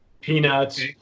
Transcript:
peanuts